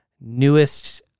newest